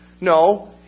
No